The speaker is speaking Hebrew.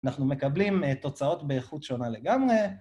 אנחנו מקבלים תוצאות באיכות שונה לגמרי.